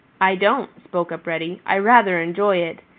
i don't, spoke up reddy. i rather enjoy it.